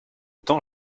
temps